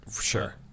Sure